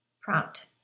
prompt